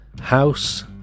house